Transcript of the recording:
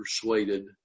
persuaded